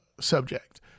subject